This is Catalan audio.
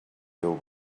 déu